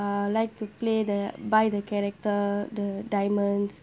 uh like to play the buy the character the diamonds